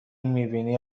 میبینی